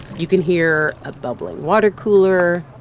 you can hear a bubbling water cooler.